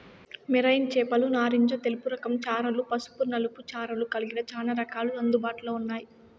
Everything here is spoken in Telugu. మెరైన్ చేపలు నారింజ తెలుపు రకం చారలు, పసుపు నలుపు చారలు కలిగిన చానా రకాలు అందుబాటులో ఉన్నాయి